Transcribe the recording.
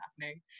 happening